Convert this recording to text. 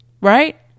right